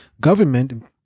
government